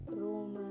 room